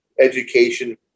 education